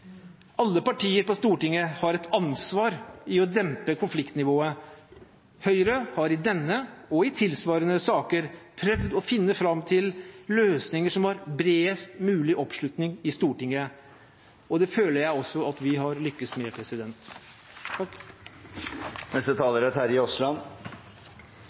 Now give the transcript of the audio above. Alle partier på Stortinget har et ansvar for å dempe konfliktnivået. Høyre har i denne saken og i tilsvarende saker prøvd å finne fram til løsninger som har bredest mulig oppslutning i Stortinget, og det føler jeg også at vi har lykkes med.